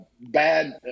Bad